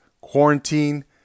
Quarantine